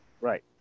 right